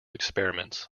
experiments